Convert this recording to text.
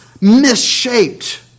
misshaped